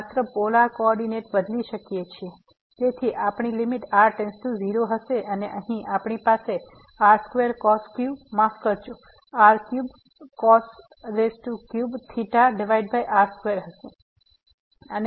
તેથી આપણી limit r → 0 હશે અને અહીં આપણી પાસે r2cos q માફ કરજો r3 r2 હશે